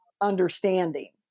understanding